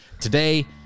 Today